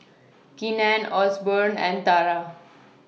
Keenen Osborne and Tara